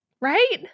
right